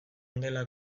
dela